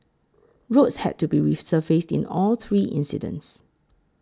roads had to be resurfaced in all three incidents